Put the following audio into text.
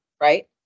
right